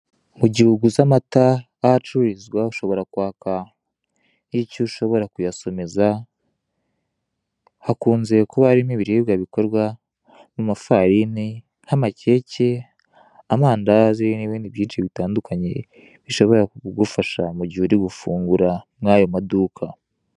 Mugihe uguze amata aho acururizwa ushobora kwaka icyo ushobora kuyasomeza, hakunze kuba harimo ibiribwa bikorwa mu mafarini nk'amakeke, amandazi n'ibindi byinshi bitandukanye bishobora kugufasha mugihe uri gufungura mu ayo maduka.